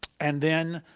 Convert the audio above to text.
and then,